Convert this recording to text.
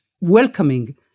welcoming